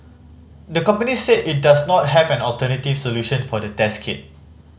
the company said it does not have an alternative solution for the test kit